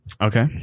Okay